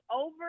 over